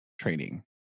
training